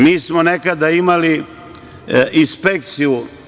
Mi smo nekada imali inspekciju.